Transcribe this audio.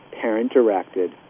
parent-directed